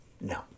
No